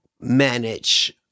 manage